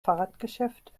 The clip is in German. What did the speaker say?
fahrradgeschäft